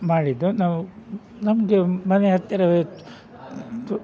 ಮಾಡಿದ್ದು ನಾವು ನಮ್ಮದು ಮನೆ ಹತ್ತಿರವೇ ತೋ